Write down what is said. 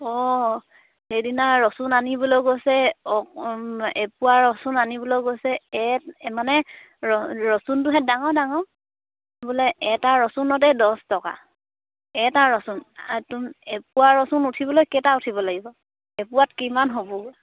অঁ সেইদিনা ৰচুন আনিবলৈ গৈছে এপোৱা ৰচুন আনিবলৈ গৈছে এই মানে ৰচুনটোহেঁত ডাঙৰ ডাঙৰ বোলে এটা ৰচুনতেই দহ টকা এটা ৰচুন তুমি এপোৱা ৰচুন উঠিবলৈ কেইটা উঠিব লাগিব এপোৱাত কিমান হ'বগৈ